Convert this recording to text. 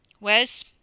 Wes